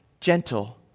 gentle